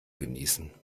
genießen